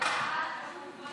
להעביר את הצעת חוק